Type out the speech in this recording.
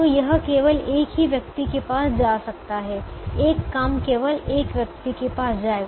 तो यह केवल एक ही व्यक्ति के पास जा सकता है एक काम केवल एक व्यक्ति के पास जाएगा